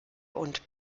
und